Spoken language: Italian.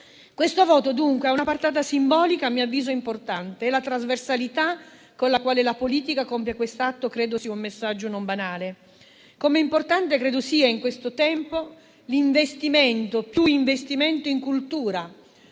Questo voto dunque ha una portata simbolica e, a mio avviso, importante e la trasversalità con la quale la politica compie quest'atto credo sia un messaggio non banale. Come importante credo sia in questo tempo un maggiore investimento in cultura.